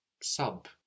sub